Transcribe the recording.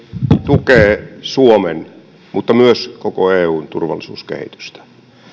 tukee suomen mutta myös koko eun turvallisuuskehitystä